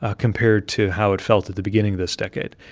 ah compared to how it felt at the beginning of this decade,